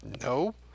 No